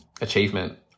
achievement